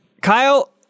Kyle